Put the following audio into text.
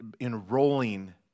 enrolling